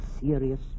serious